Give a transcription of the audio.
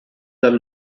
dal